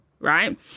Right